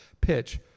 pitch